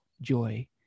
joy